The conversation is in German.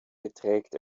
beträgt